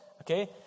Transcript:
okay